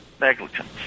Negligence